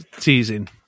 teasing